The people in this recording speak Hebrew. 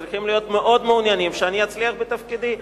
צריך להיות מאוד מעוניין שאני אצליח בתפקידי,